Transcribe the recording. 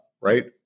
right